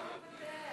נוכחת,